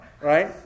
right